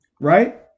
Right